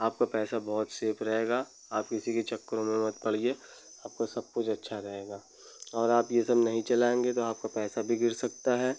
आपका पैसा बहुत सेफ रहेगा आप किसी के चक्करों में मत पड़िए आपको सब कुछ अच्छा रहेगा और आप यह सब नहीं चलाएंगे तो आपका पैसा भी गिर सकता है